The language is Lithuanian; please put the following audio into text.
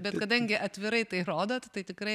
bet kadangi atvirai tai rodot tai tikrai